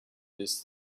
this